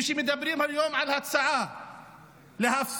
כשמדברים היום על הצעה להפסיק,